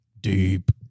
Deep